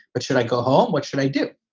but should i go home? what should i do?